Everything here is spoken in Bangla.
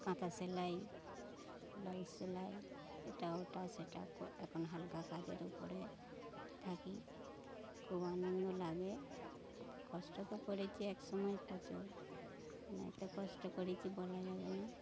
কাঁথা সেলাই ব্লাউজ সেলাই এটা ওটা সেটা এখন হালকা কাজের উপরে থাকি খুব আনন্দ লাগে কষ্ট তো করেছি এক সময় প্রচুর মানে এত কষ্ট করেছি বলা যাবে না